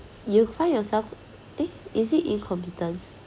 you find yourself eh is it incompetence